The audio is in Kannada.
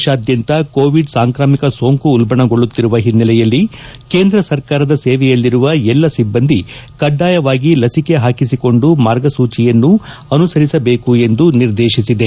ದೇಶಾದ್ಯಂತ ಕೋವಿಡ್ ಸಾಂಕಾಮಿಕ ಸೋಂಕು ಉಲ್ಲಣಗೊಳ್ಳುತ್ತಿರುವ ಹಿನ್ನೆಲೆಯಲ್ಲಿ ಕೇಂದ್ರ ಸರ್ಕಾರದ ಸೇವೆಯಲ್ಲಿರುವ ಎಲ್ಲ ಸಿಬ್ಲಂದಿಗಳು ಕಡ್ಡಾಯವಾಗಿ ಲಸಿಕೆ ಹಾಕಿಸಿಕೊಂಡು ಮಾರ್ಗಸೂಚಿಯನ್ನು ಅನುಸರಿಸಬೇಕು ಎಂದು ನಿರ್ದೇತಿಸಿದೆ